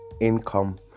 Income